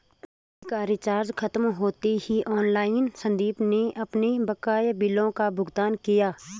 TV का recharge खत्म होते ही ऑनलाइन संदीप ने अपने बकाया बिलों का भुगतान किया